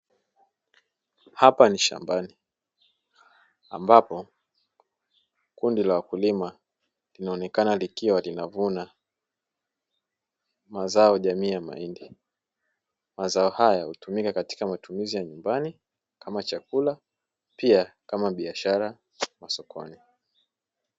Hapa ni shambani ambapo kundi la wakulima, linaonekana likiwa linavuna mazao jamii ya mahindi. Mazao hayo hutumika katika matumizi ya nyumbani kama chakula, pia kama biashara masokoni.